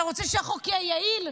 אתה רוצה שהחוק יהיה יעיל?